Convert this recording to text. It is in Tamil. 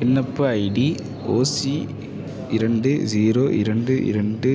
விண்ணப்ப ஐடி ஓசி இரண்டு ஸீரோ இரண்டு இரண்டு